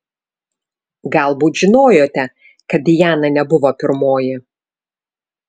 galbūt žinojote kad diana nebuvo pirmoji